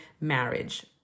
marriage